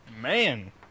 Man